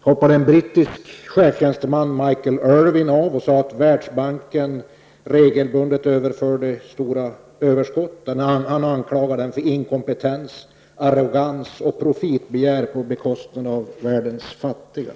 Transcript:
hoppade en brittisk cheftjänsteman, Michael Irwin, av. Han sade att Världsbanken regelbundet överförde stora överskott. Han anklagade banken för inkompetens, arrogans och profitbegär på bekostnad av världens fattiga.